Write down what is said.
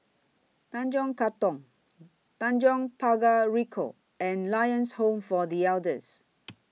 Tanjong Katong Tanjong Pagar Ricoh and Lions Home For The Elders